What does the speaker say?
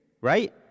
Right